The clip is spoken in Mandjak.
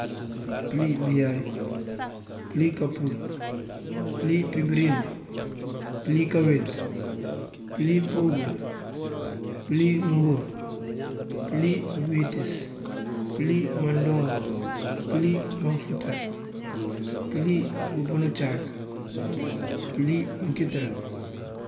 Pёlí biyáay, pёlí kapύul, pёlí pibёrind, pёlí kaweet, pёlí pёwёbёl, pёlí mёngur, pёlí bёwiţёs, pёlí mandúunk, pёlí manfuţar, pёlí pёpёn ucáak, pёlí mёnkitёrá.